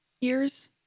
years